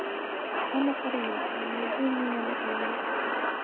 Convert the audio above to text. ᱟᱢ ᱚᱠᱟᱨᱮ ᱢᱮᱱᱟᱜ ᱟᱠᱟᱫ ᱢᱮᱭᱟ ᱵᱟᱹᱧ ᱧᱮᱧᱟᱢᱮᱫ ᱢᱮᱭᱟ